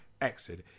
Exit